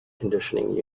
conditioning